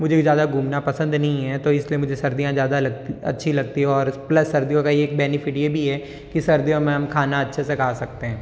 मुझे भी ज़्यादा घूमना पसंद नहीं है तो इसलिए मुझे सर्दियाँ ज़्यादा लग अच्छी लगती है प्लस सर्दियों का एक बेनिफिट ये भी है कि सर्दियों में खाना हम अच्छे से खा सकते है